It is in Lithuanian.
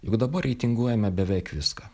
juk dabar reitinguojame beveik viską